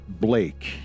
Blake